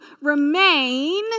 remain